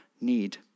need